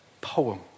poem